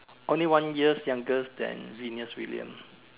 only one years youngers than Venus William